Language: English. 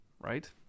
Right